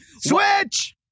Switch